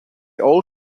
all